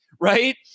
right